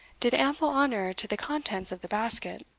did ample honour to the contents of the basket.